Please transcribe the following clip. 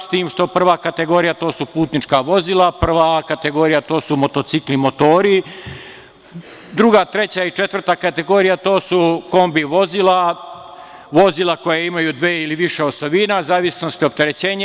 S tim što prva kategorija su putnička vozila, prva A kategorija su motocikli i motori, druga, treća i četvrta kategorija su kombi vozila, vozila koja imaju dve ili više osovina, u zavisnosti od opterećenja.